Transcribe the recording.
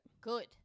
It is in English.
good